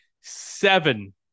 seven